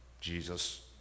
Jesus